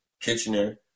Kitchener